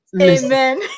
Amen